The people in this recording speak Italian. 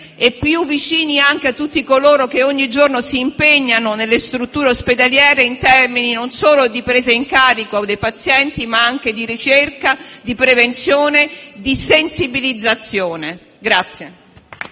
e più vicini anche a tutti coloro che, ogni giorno, si impegnano nelle strutture ospedaliere in termini non solo di presa in carico dei pazienti, ma anche di ricerca, prevenzione e sensibilizzazione.